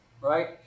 Right